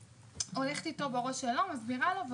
הלכתי איתו בראש שלו והסברתי לו.